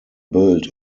built